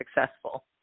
successful